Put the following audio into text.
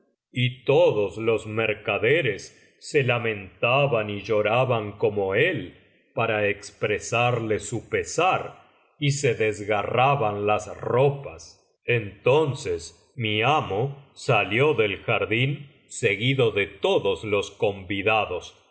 y todos los mercaderes se lamentaban y lloraban como él para expresarle su pesar y se desgarraban las ropas entonces mi amo salió del jardín seguido de todos los convidados y